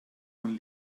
von